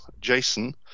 Jason